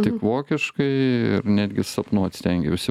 tik vokiškai ir netgi sapnuot stengiausi